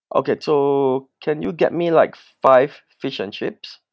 okay so can you get me like five fish and chips